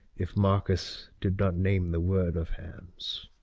if marcus did not name the word of hands!